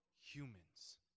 humans